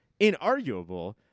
inarguable